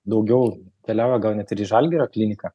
daugiau keliavo gal net ir į žalgirio kliniką